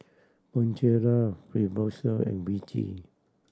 Bonjela Fibrosol and Vichy